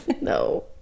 No